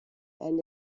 and